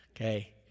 okay